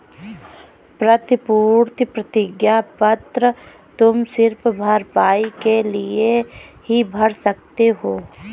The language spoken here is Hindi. प्रतिभूति प्रतिज्ञा पत्र तुम सिर्फ भरपाई के लिए ही भर सकते हो